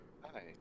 Hi